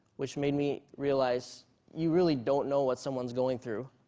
which made me realize you really don't know what someone's going through,